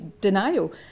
denial